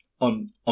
on